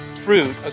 fruit